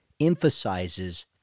emphasizes